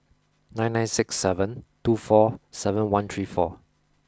nine nine six seven two four seven one three four